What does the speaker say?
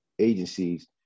agencies